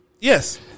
Yes